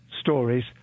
stories